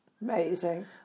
Amazing